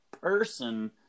person